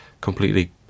completely